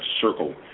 circle